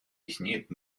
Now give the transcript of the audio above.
яснеет